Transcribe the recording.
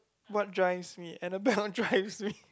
what drives me Annabelle drives me